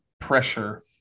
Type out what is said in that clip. pressure